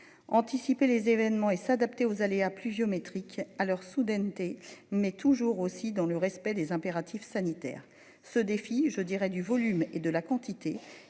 Anticiper les événements et s'adapter aux aléas pluviométriques à leur soudaineté mais toujours aussi dans le respect des impératifs sanitaires ce défi, je dirais du volume et de la quantité.